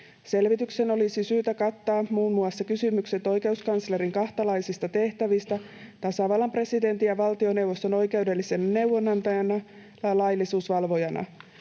Selvityksen olisi syytä kattaa muun muassa kysymykset oikeuskanslerin kahtalaisista tehtävistä tasavallan presidentin ja valtioneuvoston oikeudellisena neuvonantajana tai laillisuusvalvojana,